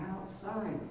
outside